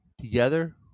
together